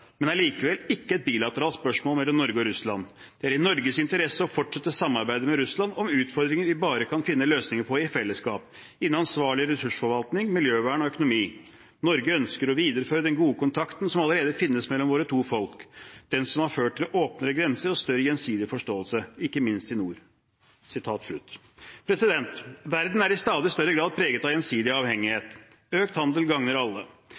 men er likevel ikke et bilateralt spørsmål mellom Norge og Russland. Det er i Norges interesse å fortsette samarbeidet med Russland om utfordringer vi bare kan finne løsninger på i fellesskap, innen ansvarlig ressursforvaltning, miljøvern og økonomi. Norge ønsker å videreføre den gode kontakten som allerede finnes mellom våre to folk – den som har ført til åpnere grenser og større gjensidig forståelse, ikke minst i nord.» Verden er i stadig større grad preget av gjensidig avhengighet. Økt handel gagner alle.